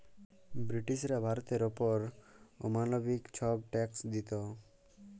ব্রিটিশরা ভারতের অপর অমালবিক ছব ট্যাক্স দিত